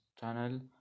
channel